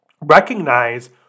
recognize